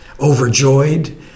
overjoyed